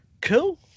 Cool